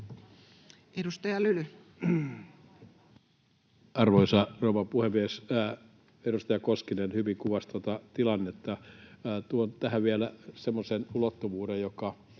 Content: Arvoisa rouva puhemies! Edustaja Koskinen hyvin kuvasi tuota tilannetta. Tuon tähän vielä semmoisen ulottuvuuden, joka